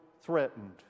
threatened